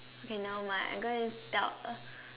okay nevermind I go and tell uh